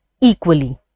equally